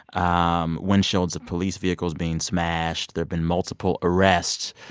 um windshields of police vehicles being smashed. there've been multiple arrests.